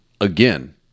again